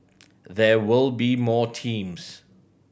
there will be more teams